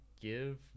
Give